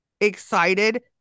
excited